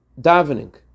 davening